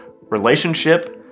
relationship